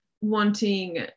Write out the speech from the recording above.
wanting